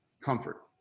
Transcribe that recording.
comfort